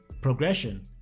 Progression